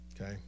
okay